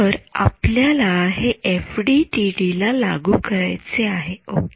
तर आपल्याला हे एफडीटीडी ला लागू करायचे आहे ओके